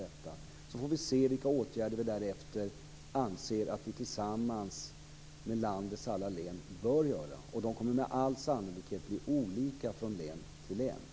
Sedan får vi se vilka åtgärder som vi anser att vi tillsammans med landets alla län bör vidta. Det kommer med all sannolikhet bli fråga om olika åtgärder från län till län.